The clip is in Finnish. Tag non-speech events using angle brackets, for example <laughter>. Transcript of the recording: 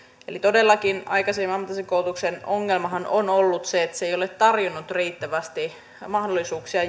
eli todellakin aikaisemmin ammatillisen koulutuksen ongelmahan on ollut se että se ei ole tarjonnut riittävästi mahdollisuuksia <unintelligible>